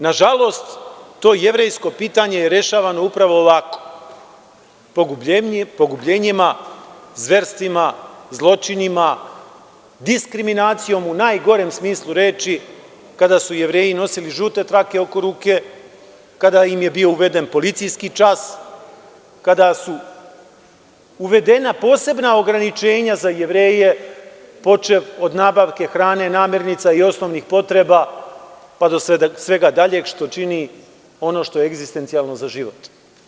Nažalost, to jevrejsko pitanje je rešavano upravo ovako, pogubljenjima, zverstvima, zločinima, diskriminacijom u najgorem smislu reči kada su Jevreji nosili žute trake oko ruke, kada im je bio uveden policijski čas, kada su uvedena posebna ograničenja za Jevreje počev od nabavke hrane, namirnica i osnovnih potreba, pa svega daljeg, što čini ono što je egzistencijalno za život.